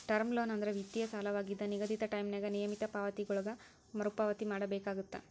term loan ಅಂದ್ರ ವಿತ್ತೇಯ ಸಾಲವಾಗಿದ್ದ ನಿಗದಿತ ಟೈಂನ್ಯಾಗ ನಿಯಮಿತ ಪಾವತಿಗಳೊಳಗ ಮರುಪಾವತಿ ಮಾಡಬೇಕಾಗತ್ತ